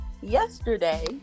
yesterday